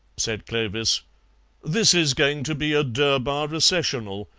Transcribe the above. said clovis this is going to be a durbar recessional,